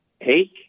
hey